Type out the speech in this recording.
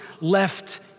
left